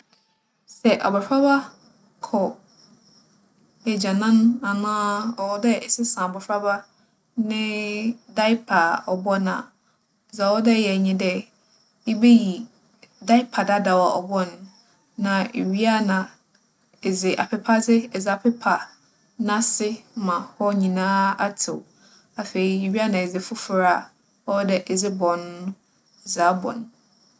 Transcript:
Sɛ abofraba kͻ egyanan anaa ͻwͻ dɛ esesa abofraba ne daepa a ͻbͻ no a, dza ͻwͻ dɛ eyɛ nye dɛ ibeyi daepa dadaw a ͻbͻ no no. Na iwie a na edze apepadze edze apepa n'ase ma hͻ nyina atsew. Afei iwie a na edze fofor a ͻwͻ dɛ edze bͻ no no edze abͻ no.